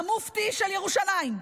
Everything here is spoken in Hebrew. המופתי של ירושלים,